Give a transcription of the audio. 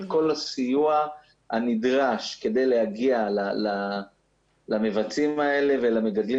את כל הסיוע הנדרש כדי להגיע למבצעים האלה ולמגדלים